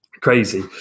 crazy